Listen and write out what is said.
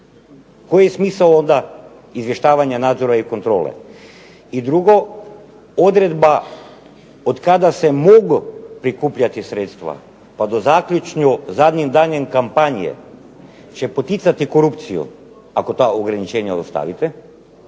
Koji je smisao onda izvještavanja, nadzora i kontrole? I drugo, odredba od kada se mogu prikupljati sredstva pa do zaključno zadnjim danom kampanje će poticati korupciju ako ta ograničenja ostavite